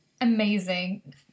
Amazing